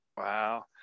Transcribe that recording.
Wow